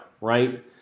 right